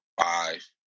five